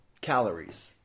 calories